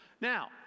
Now